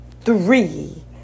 Three